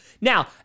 Now